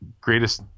greatest